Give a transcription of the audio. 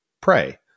pray